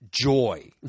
joy